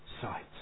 sight